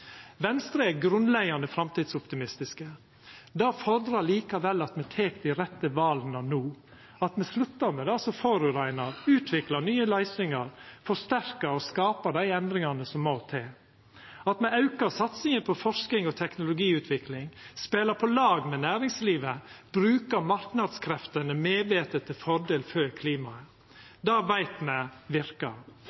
Venstre er grunnleggjande framtidsoptimistiske. Det fordrar likevel at me tek dei rette vala no, at me sluttar med det som forureinar, utviklar nye løysingar, forsterkar og skapar dei endringane som må til, at me aukar satsinga på forsking og teknologiutvikling, spelar på lag med næringslivet, brukar marknadskreftene medvete til fordel for klimaet.